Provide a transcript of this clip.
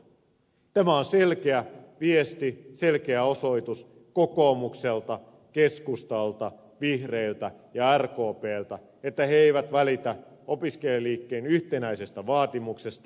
tämä on selkeä viesti selkeä osoitus kokoomukselta keskustalta vihreiltä ja rkpltä että he eivät välitä opiskelijaliikkeen yhtenäisestä vaatimuksesta